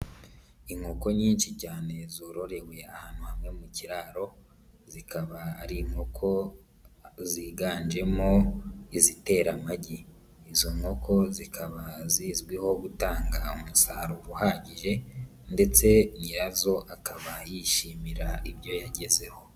Inkoko nyinshi cyane zororewe ahantu hamwe mu kiraro, zikaba ari inkoko ziganjemo izitera amagi, izo nkoko zikaba zizwiho gutanga umusaruro uhagije ndetse nyirazo akaba yishimira ibyo yagezeho.